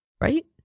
right